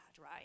right